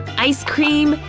ice cream?